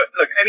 look